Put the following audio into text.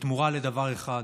בתמורה לדבר אחד: